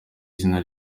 izina